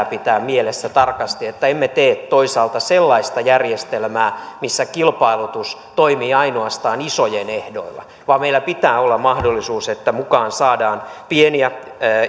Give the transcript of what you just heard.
pitää mielessä tarkasti että emme tee toisaalta sellaista järjestelmää missä kilpailutus toimii ainoastaan isojen ehdoilla vaan meillä pitää olla mahdollisuus että mukaan saadaan pieniä